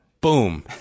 boom